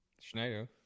Schneider